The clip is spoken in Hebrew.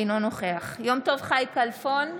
אינו נוכח יום טוב חי כלפון,